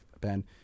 Ben